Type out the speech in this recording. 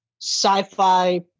sci-fi